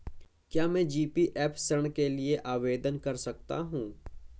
क्या मैं जी.पी.एफ ऋण के लिए आवेदन कर सकता हूँ?